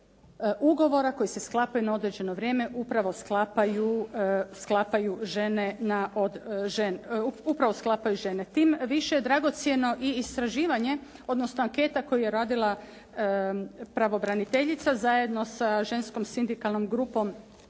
ugovora koji se sklapaju na određeno vrijeme upravo sklapaju žene. Tim je više dragocjeno i istraživanje odnosno anketa koju je radila pravobraniteljica, zajedno sa Ženskom sindikalnom grupom,